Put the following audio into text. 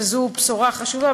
וזאת בשורה חשובה,